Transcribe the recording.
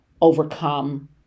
overcome